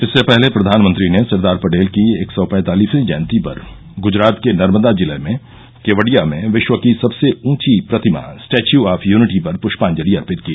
इससे पहले प्रधानमंत्री ने सरदार पटेल की एक सौ पैंतालिसवीं जयंती पर गुजरात के नर्मदा जिले में केवडिया में विश्व की सबसे ऊंची प्रतिमा स्टेच्यू ऑफ यूनिटी पर पृष्पांजलि अर्पित की